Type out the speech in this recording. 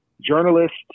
journalists